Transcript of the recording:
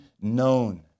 known